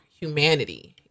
humanity